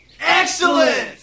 Excellent